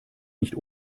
nicht